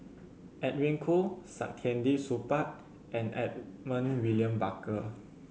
Edwin Koo Saktiandi Supaat and Edmund William Barker